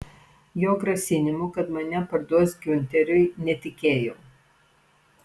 jo grasinimu kad mane parduos giunteriui netikėjau